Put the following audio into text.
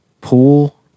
pool